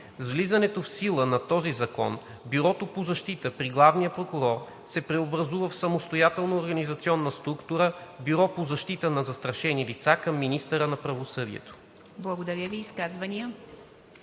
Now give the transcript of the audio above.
влизането в сила на този закон Бюрото по защита при главния прокурор се преобразува в самостоятелна организационна структура – „Бюро по защита на застрашени лица“ към министъра на правосъдието.“ ПРЕДСЕДАТЕЛ